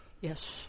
Yes